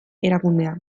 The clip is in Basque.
erakundea